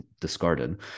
discarded